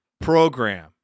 program